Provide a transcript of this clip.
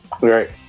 Right